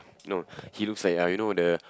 no he looks like uh you know the